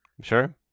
Sure